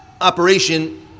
operation